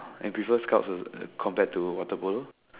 you prefer Scouts as as compared to water polo